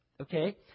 okay